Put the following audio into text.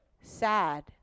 sad